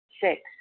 Six